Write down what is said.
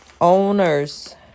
Owners